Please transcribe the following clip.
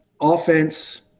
offense